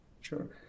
sure